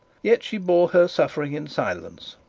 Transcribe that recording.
yet, she bore her suffering in silence,